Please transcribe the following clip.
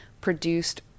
produced